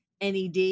NED